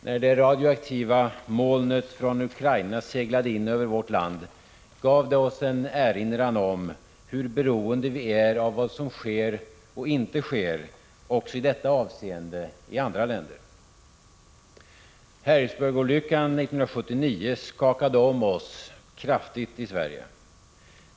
När det radioaktiva molnet från Ukraina seglade in över vårt land gav det oss en erinran om hur beroende vi är av vad som sker och inte sker också i detta avseende i andra länder. Harrisburgolyckan 1979 skakade kraftigt om också oss i Sverige.